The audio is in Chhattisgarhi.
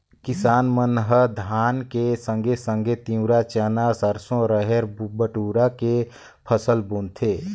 किसाप मन ह धान के संघे संघे तिंवरा, चना, सरसो, रहेर, बटुरा के फसल बुनथें